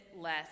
less